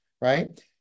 right